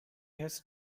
has